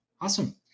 Awesome